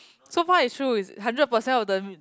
so far is true is hundred percent of the